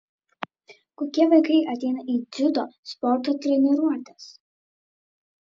kokie vaikai ateina į dziudo sporto treniruotes